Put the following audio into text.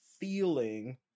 feeling